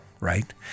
right